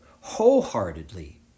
wholeheartedly